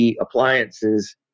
Appliances